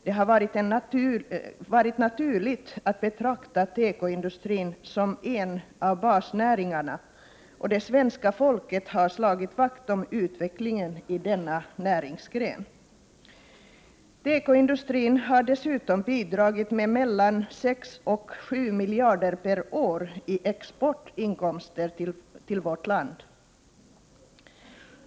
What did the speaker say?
Det har varit naturligt att betrakta tekoindustrin som en av basnäringarna, och det svenska folket har slagit vakt om utvecklingen i denna näringsgren. Tekoindustrin har även bidragit med mellan 6 och 7 miljarder kronor per år i exportinkomster för vårt land.